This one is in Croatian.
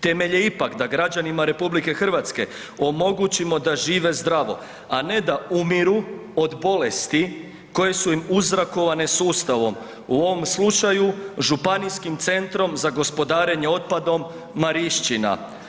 Temelj je ipak da građanima RH omogućimo da žive zdravo, a ne da umiru od bolesti koje su im uzrokovane sustavom, u ovom slučaju Županijskim centrom za gospodarenje otpadom Marišćina.